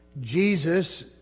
Jesus